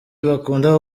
bakunda